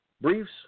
Briefs